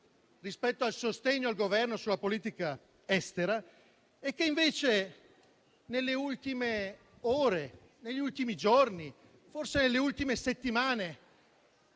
rispetto al sostegno al Governo sulla politica estera. Invece, nelle ultime ore, negli ultimi giorni, nelle ultime settimane,